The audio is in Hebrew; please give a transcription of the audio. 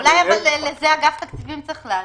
אולי על זה אגף התקציבים צריך לענות,